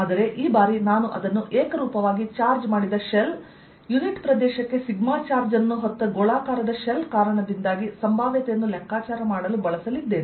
ಆದರೆಈ ಬಾರಿ ನಾನು ಅದನ್ನುಏಕರೂಪವಾಗಿ ಚಾರ್ಜ್ ಮಾಡಿದ ಶೆಲ್ ಯುನಿಟ್ ಪ್ರದೇಶಕ್ಕೆ ಸಿಗ್ಮಾ ಚಾರ್ಜ್ ಅನ್ನು ಹೊತ್ತ ಗೋಳಾಕಾರದ ಶೆಲ್ ಕಾರಣದಿಂದಾಗಿ ಸಂಭಾವ್ಯತೆಯನ್ನು ಲೆಕ್ಕಾಚಾರ ಮಾಡಲು ಬಳಸಲಿದ್ದೇನೆ